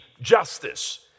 justice